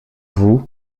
vous